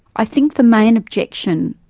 i think the main objection,